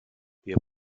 wir